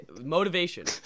motivation